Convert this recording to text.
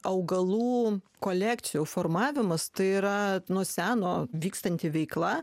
augalų kolekcijų formavimas tai yra nuo seno vykstanti veikla